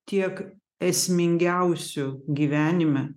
tiek esmingiausiu gyvenime